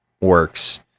works